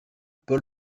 paul